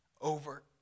over